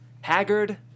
Haggard